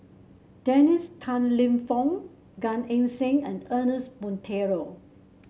Dennis Tan Lip Fong Gan Eng Seng and Ernest Monteiro